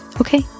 Okay